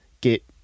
get